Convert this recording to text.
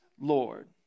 Lord